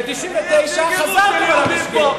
ב-1999 חזרתם על המשגה.